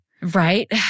Right